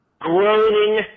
groaning